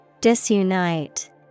Disunite